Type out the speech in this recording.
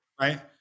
Right